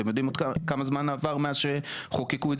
אתם יודעים כמה זמן עבר מאז שחוקקו את